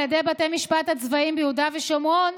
ידי בתי המשפט הצבאיים ביהודה ושומרון,